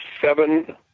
seven